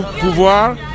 pouvoir